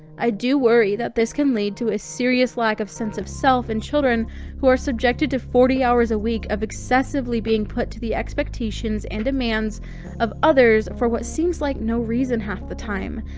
i do worry that this can lead to a serious lack of sense of self in children who are subjected to forty hours a week of excessively being put to the expectations and demands of others for what seems like no reason half the time,